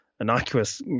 innocuous